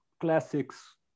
classics